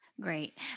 Great